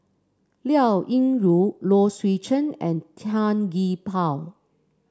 Liao Yingru Low Swee Chen and Tan Gee Paw